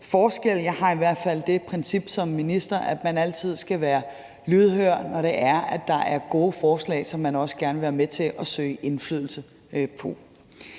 minister i hvert fald det princip, at man altid skal være lydhør, når det er sådan, at der er gode forslag, som man også gerne vil være med til at søge indflydelse på.